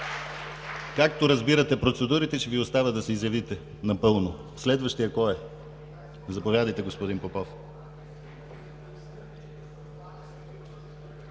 Както разбирате процедурите! Ще Ви оставя да се изявите напълно! Следващият кой е? Заповядайте, господин Попов.